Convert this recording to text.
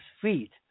feet